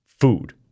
food